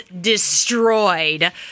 destroyed